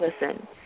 listen